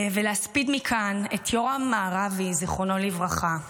ולהספיד מכאן את יורם מערבי, זיכרונו לברכה.